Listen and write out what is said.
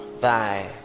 thy